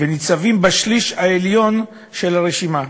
וניצבים בשליש העליון של הרשימה.